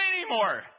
anymore